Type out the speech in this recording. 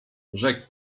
rzekł